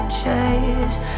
chase